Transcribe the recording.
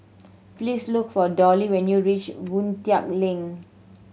please look for Dollie when you reach Boon Tat Link